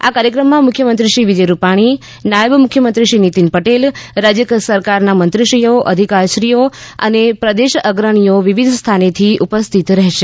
આ કાર્યક્રમમાં મુખ્યમંત્રીશ્રી વિજય રૂપાણી નાયબ મુખ્યમંત્રીશ્રી નીતિન પટેલ રાજ્ય સરકારના મંત્રીશ્રીઓ અધિકારીશ્રીઓ અને પ્રદેશ અગ્રણીઓ વિવિધ સ્થાને ઉપસ્થિત રહેશે